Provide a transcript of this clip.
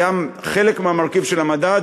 חלק מהמרכיב של המדד,